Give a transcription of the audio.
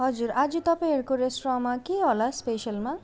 हजुर आजु तपाईँहरूको रेस्टुरेन्टमा के होला स्पेसलमा